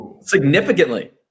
Significantly